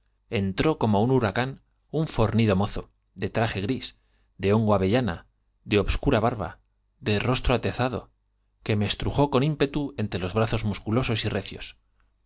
entró como un huracán fornido mozo de un traje gris de hongo avellana de obscura barba de rostro atezado que me estrujó con ímpetu entre los brazos musculosos y recios